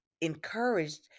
encouraged